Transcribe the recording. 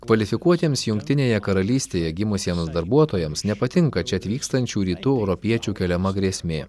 kvalifikuotiems jungtinėje karalystėje gimusiems darbuotojams nepatinka čia atvykstančių rytų europiečių keliama grėsmė